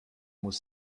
muss